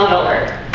teller